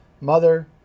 mother